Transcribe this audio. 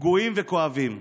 פגועים וכואבים.